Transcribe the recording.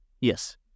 Yes